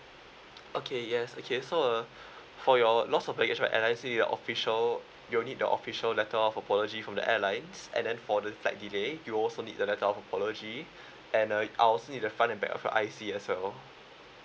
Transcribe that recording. okay yes okay so uh for your loss of baggage right and I see your official you'll need the official letter of apology from the airlines and then for the flight delay you also need the letter of apology and uh I also need the front and back of your I_C as well